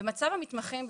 מצב המתמחים בישראל,